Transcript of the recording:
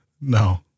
No